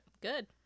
good